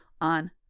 on